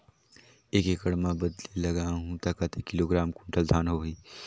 एक एकड़ मां बदले लगाहु ता कतेक किलोग्राम कुंटल धान होही?